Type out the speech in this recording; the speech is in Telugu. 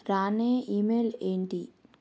రాణే ఈమెయిల్ ఏంటి